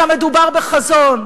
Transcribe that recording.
אלא מדובר בחזון.